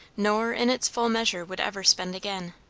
nor in its full measure would ever spend again.